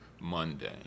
monday